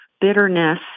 bitterness